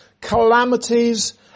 calamities